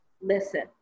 listen